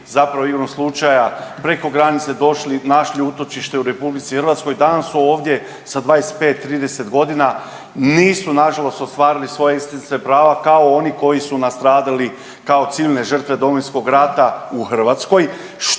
zapravo igrom slučaja preko granice došli, našli utočište u RH i danas su ovdje sa 25, 30 godina, nisu nažalost ostvarili svoja …/Govornik se ne razumije./… kao oni koji su nastradali kao civilne žrtve Domovinskog rata u Hrvatskoj.